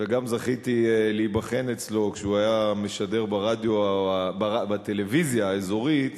וגם זכיתי להיבחן אצלו כשהוא היה משדר בטלוויזיה האזורית,